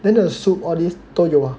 then the soup all this 都有啊